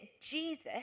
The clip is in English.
Jesus